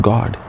God